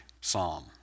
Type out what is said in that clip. psalm